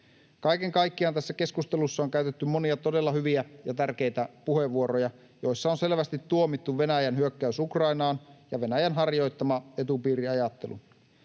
Kaiken kaikkiaan tässä keskustelussa on käytetty monia todella hyviä ja tärkeitä puheenvuoroja, joissa on selvästi tuomittu Venäjän hyökkäys Ukrainaan ja Venäjän harjoittama etupiiriajattelu.